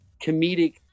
comedic